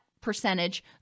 percentage